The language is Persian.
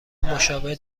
مشابه